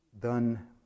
done